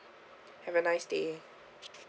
have a nice day